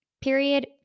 period